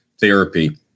therapy